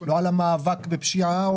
לא על המאבק בפשיעה,